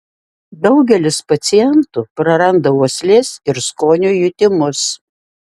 daugelis pacientų prarandą uoslės ir skonio jutimus